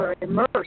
immersed